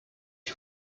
you